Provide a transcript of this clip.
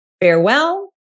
farewell